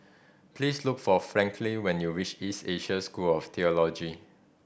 please look for Franklyn when you reach East Asia School of Theology